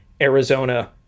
Arizona